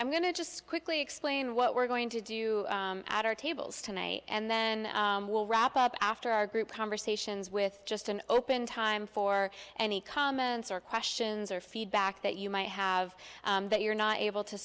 i'm going to just quickly explain what we're going to do at our tables tonight and then we'll wrap up after our group conversations with just an open time for any comments or questions or feedback that you might have that you're not able to